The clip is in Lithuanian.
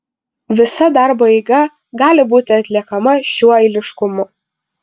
visa darbo eiga gali būti atliekama šiuo eiliškumu